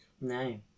No